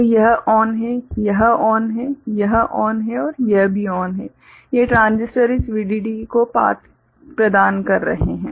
तो यह ON है यह ON है यह ON है यह ON है ये ट्रांजिस्टर इस VDD को पाथ प्रदान कर रहे हैं